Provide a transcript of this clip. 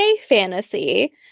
fantasy